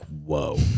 Whoa